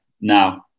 now